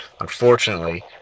unfortunately